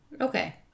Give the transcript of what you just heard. Okay